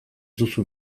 duzu